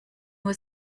nur